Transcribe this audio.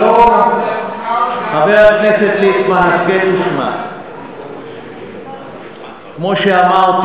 אבל לא, חבר הכנסת ליצמן, הסכת ושמע.